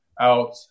out